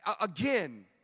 Again